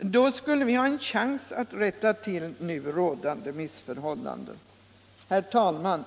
Då skulle vi ha en chans att rätta till nu rådande missförhållanden. Herr talman!